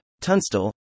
Tunstall